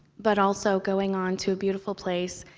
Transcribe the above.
but also going on to a beautiful place,